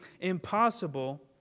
impossible